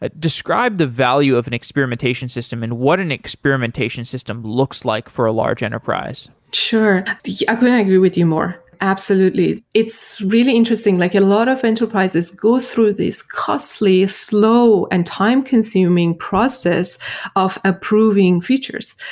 ah described the value of an experimentation system and what an experimentation system looks like for a large enterprise. sure. i couldn't agree with you more. absolutely. it's really interesting. like a lot of enterprises go through these costly slow and time-consuming process of approving features,